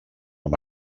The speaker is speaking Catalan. amb